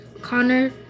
Connor